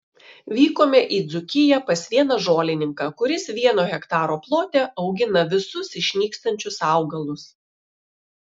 vykome į dzūkiją pas vieną žolininką kuris vieno hektaro plote augina visus išnykstančius augalus